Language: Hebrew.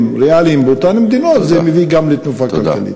ריאליים באותן מדינות זה מביא גם לתנופה כלכלית.